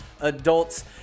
adults